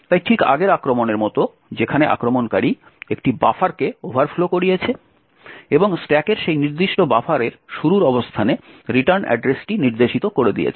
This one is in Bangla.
তাই ঠিক আগের আক্রমণের মতো যেখানে আক্রমণকারী একটি বাফারকে ওভারফ্লো করিয়েছে এবং স্ট্যাকের সেই নির্দিষ্ট বাফারের শুরুর অবস্থানে রিটার্ন অ্যাড্রেসটি নির্দেশিত করে দিয়েছে